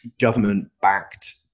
government-backed